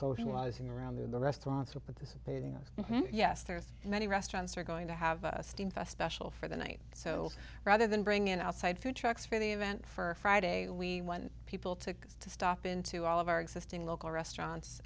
socialising around the restaurants are participating us yes there's many restaurants are going to have steam fest national for the night so rather than bring in outside food trucks for the event for friday we want people to stop into all of our existing local restaurants